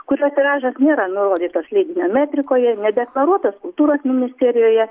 kurio tiražas nėra nurodytas leidinio metrikoje nedeklaruotas kultūros ministerijoje